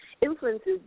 influences